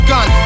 Gun